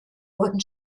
wurden